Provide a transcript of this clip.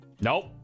nope